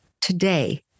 today